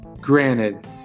Granted